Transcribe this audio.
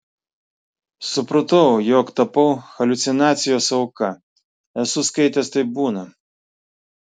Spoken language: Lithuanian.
supratau jog tapau haliucinacijos auka esu skaitęs taip būna